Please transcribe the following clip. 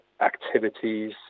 activities